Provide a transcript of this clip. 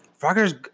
Frogger's